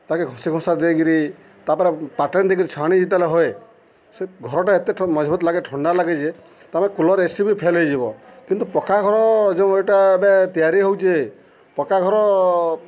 ତାକେ ଘସି ଘୁସା ଦେଇକିରି ତା'ପରେ ପାଟରେ ଦେଇକିରି ଛାଣି ଯେତେବେଲେ ହୁଏ ସେ ଘରଟା ଏତେ ମଜ୍ବୁତ୍ ଲାଗେ ଥଣ୍ଡା ଲାଗେ ଯେ ତାମାନେ କୁଲର୍ ଏ ସି ବି ଫେଲ୍ ହେଇଯିବ କିନ୍ତୁ ପକ୍କା ଘର ଯେଉଁ ଇଟା ଏବେ ତିଆରି ହଉଚେ ପକ୍କା ଘର